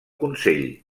consell